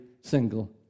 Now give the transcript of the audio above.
single